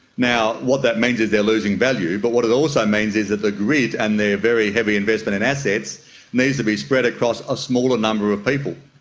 now, what that means is they are losing value, but what it also means is that the grid and their very heavy investment in assets needs to be spread across a smaller number of people.